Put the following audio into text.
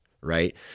right